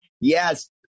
yes